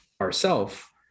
ourself